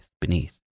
beneath